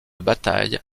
bataille